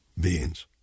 beings